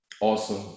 Awesome